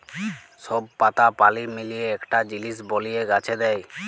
সব পাতা পালি মিলিয়ে একটা জিলিস বলিয়ে গাছে দেয়